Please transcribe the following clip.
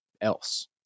else